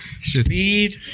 Speed